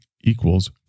equals